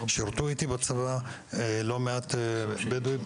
שירתו איתי בצבא לא מעט בדואים,